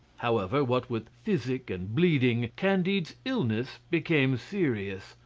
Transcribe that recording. however, what with physic and bleeding, candide's illness became serious.